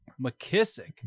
mckissick